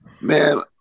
man